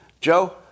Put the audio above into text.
Joe